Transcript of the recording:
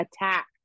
attack